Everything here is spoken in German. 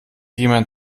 jemand